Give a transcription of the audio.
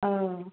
औ